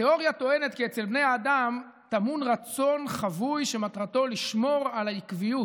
התאוריה טוענת כי אצל בני האדם טמון רצון חבוי שמטרתו לשמור על העקביות